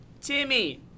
Timmy